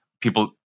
People